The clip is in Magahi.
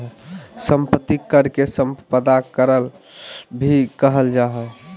संपत्ति कर के सम्पदा कर भी कहल जा हइ